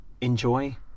enjoy